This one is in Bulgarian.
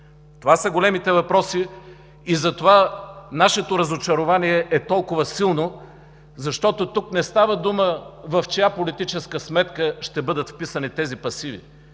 Това са големите въпроси и затова нашето разочарование е толкова силно, защото тук не става дума в чия политическа сметка ще бъдат вписани тези пасиви.